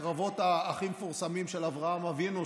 בקרבות הכי מפורסמים של אברהם אבינו,